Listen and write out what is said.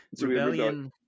Rebellion